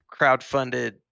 crowdfunded